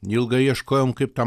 ilgai ieškojom kaip tą